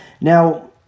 Now